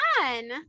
fun